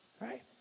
Right